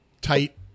tight